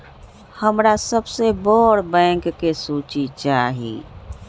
हमरा सबसे बड़ बैंक के सूची चाहि